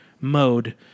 mode